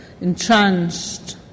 entranced